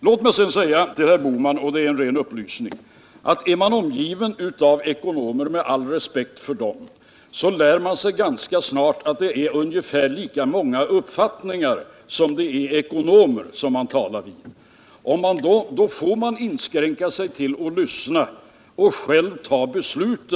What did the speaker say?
Låt mig sedan säga till herr Bohman — det är en ren upplysning — att är man omgiven av ekonomer, med all respekt för dem, lär man sig ganska snart att det finns lika många uppfattningar som antalet ekonomer man talar med. Då får man inskränka sig till att lyssna och själv fatta beslut.